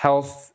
Health